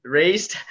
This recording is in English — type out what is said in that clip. raised